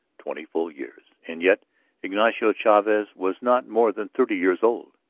twenty full years, and yet ignacio chavez was not more than thirty years old,